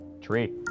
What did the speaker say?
Tree